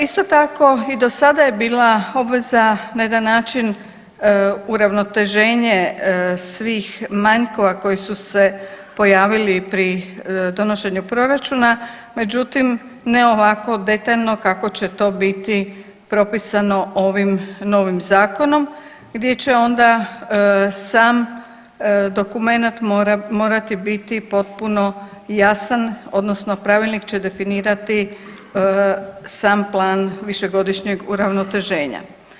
Isto tako i do sada je bila obveza na jedan način uravnoteženje svih manjkova koji su se pojavili pri donošenju proračuna, međutim ne ovako detaljno kako će to biti propisano ovim novim zakonom gdje će onda sam dokumenat morati biti potpuno jasan odnosno pravilnik će definirati sam plan višegodišnjeg uravnoteženja.